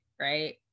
right